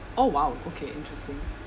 oh !wow! okay interesting